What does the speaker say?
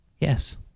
Yes